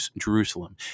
Jerusalem